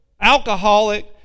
alcoholic